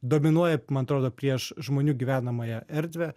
dominuoja man atrodo prieš žmonių gyvenamąją erdvę